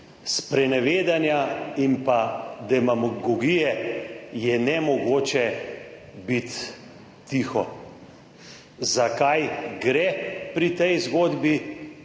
sprenevedanja in demagogije, je nemogoče biti tiho. Za kaj gre pri tej zgodbi?